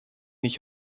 ich